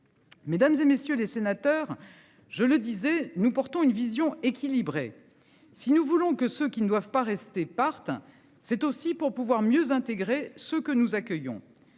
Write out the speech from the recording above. Mesdames, et messieurs les sénateurs, je le disais, nous portons une vision équilibrée. Si nous voulons que ceux qui ne doivent pas rester partent hein c'est aussi pour pouvoir mieux intégrer ce que nous accueillons.